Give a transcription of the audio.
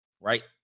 Right